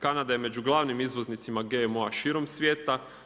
Kanada je među glavnim izvoznicima GMO-a širom svijeta.